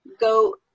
go